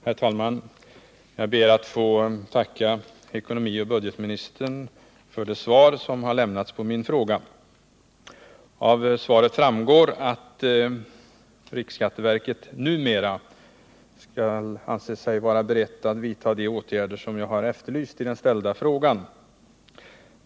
Herr talman! Jag ber att få tacka budgetoch ekonomiministern för det svar som har lämnats på min fråga. Av svaret framgår att riksskatteverket numera skall vara berett att vidta de åtgärder som jag har efterlyst i den ställda frågan.